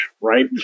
right